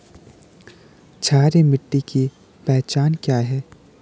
क्षारीय मिट्टी की पहचान क्या है?